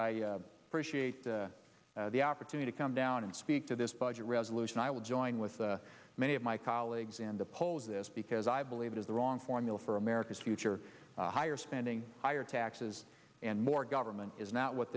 appreciate the opportunity to come down and speak to this budget resolution i will join with many of my colleagues in the polls this because i believe it is the wrong formula for america's future higher spending higher taxes and more government is not what